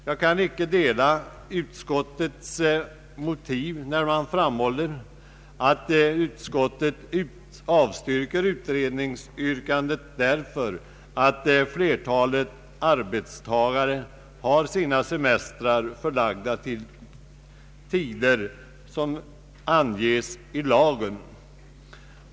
Jag kan inte dela utskottets motiv när det framhålles att utskottet avstyrker utredningsyrkandet, därför att flertalet arbetstagare har sina semestrar förlagda till tider som anges i lagen.